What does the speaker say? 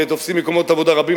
ותופסים מקומות עבודה רבים,